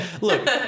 Look